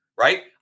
Right